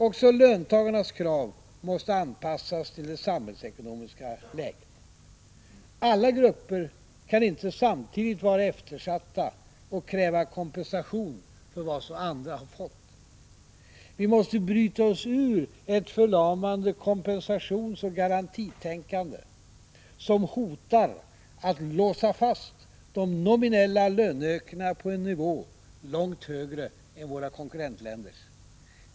Också löntagarnas krav måste anpassas till det samhällekonomiska läget. Alla grupper kan inte samtidigt vara eftersatta och kräva kompensation för vad andra fått. Vi måste bryta oss ur ett förlamande kompensationsoch garantitänkande som hotar att låsa fast de nominella löneökningarna på en nivå, långt högre än konkurrentländernas.